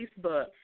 Facebook